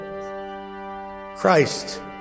Christ